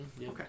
Okay